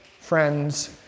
friends